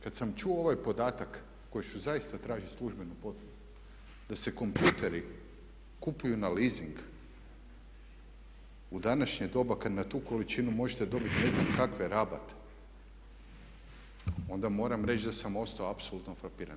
Kada sam čuo ovaj podatak koji ću zaista tražiti službenu potvrdu da se kompjutori kupuju na leasing u današnje doba kada na tu količinu možete dobiti ne znam kakve rabate, onda moram reći da sam ostao apsolutno frapiran.